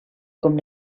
com